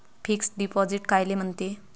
Fix deposit कायले म्हनते?